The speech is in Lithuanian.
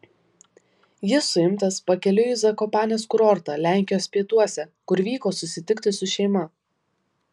jis suimtas pakeliui į zakopanės kurortą lenkijos pietuose kur vyko susitikti su šeima